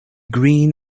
green